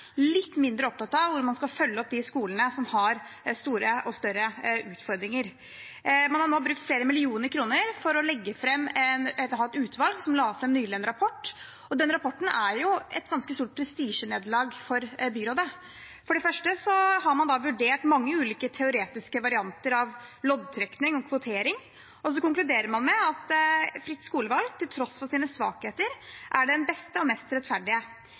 litt mindre opptatt av hvordan man skal følge opp de skolene som har store og større utfordringer. Man har nå brukt flere millioner kroner på et utvalg som nylig la fram en rapport. Den rapporten er jo et ganske stort prestisjenederlag for byrådet. For det første har man vurdert mange ulike teoretiske varianter av loddtrekning og kvotering, og så konkluderer man med at fritt skolevalg, til tross for sine svakheter, er det beste og mest rettferdige.